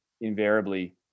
invariably